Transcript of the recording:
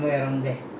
orh